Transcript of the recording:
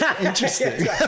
Interesting